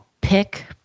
Pick